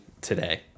today